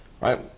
right